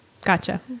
gotcha